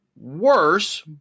worse